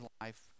life